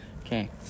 Okay